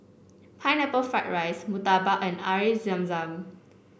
Pineapple Fried Rice Murtabak and Zam Zam